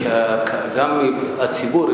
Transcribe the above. וגם הציבור,